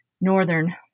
Northern